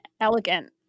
elegant